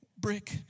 brick